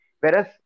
whereas